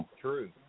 True